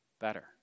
better